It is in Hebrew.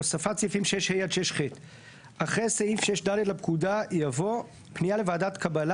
הוספת סעיפים 6ה עד 6ח 4. אחרי סעיף 6ד לפקודה יבוא: "פנייה לוועדת קבלה